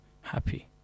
happy